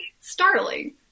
Startling